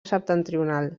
septentrional